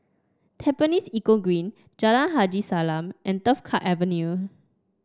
Tampines Eco Green Jalan Haji Salam and Turf Club Avenue